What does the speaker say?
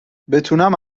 بتونم